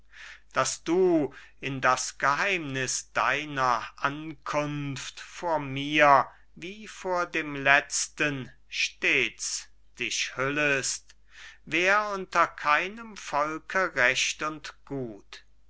daß du in das geheimniß deiner ankunft vor mir wie vor dem letzten stets dich hüllest wär unter keinem volke recht und gut